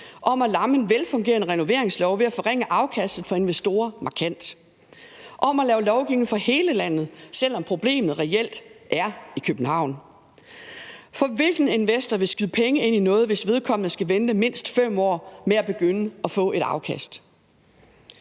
om at lamme en velfungerende renoveringslov ved at forringe afkastet for investorer markant; om at lave lovgivning for hele landet, selv om problemet reelt er i København. For hvilken investor vil skyde penge ind i noget, hvis vedkommende skal vente mindst 5 år på at begynde at få et afkast?